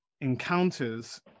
encounters